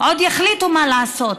עוד יחליטו מה לעשות.